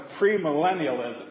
premillennialism